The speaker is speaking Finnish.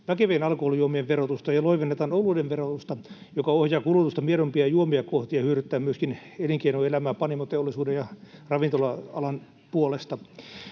väkevien alkoholijuomien verotusta ja loivennetaan oluiden verotusta, mikä ohjaa kulutusta miedompia juomia kohti ja hyödyttää myöskin elinkeinoelämää panimoteollisuuden ja ravintola-alan puolesta.